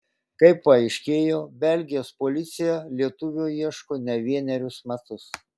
kaip paaiškėjo belgijos policija lietuvio ieško ne vienerius metus